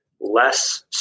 less